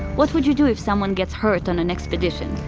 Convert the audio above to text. what would you do if someone gets hurt on an expedition?